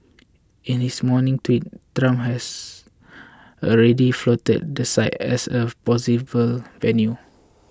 in his morning tweet Trump has already floated the site as a possible venue